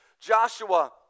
Joshua